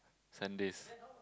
Sundays